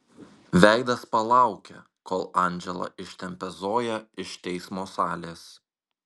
veidas palaukia kol andžela ištempia zoją iš teismo salės